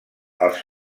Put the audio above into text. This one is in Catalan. els